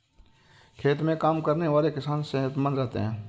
खेत में काम करने वाले किसान सेहतमंद रहते हैं